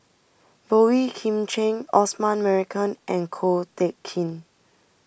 Boey Kim Cheng Osman Merican and Ko Teck Kin